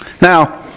Now